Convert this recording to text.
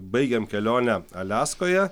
baigėm kelionę aliaskoje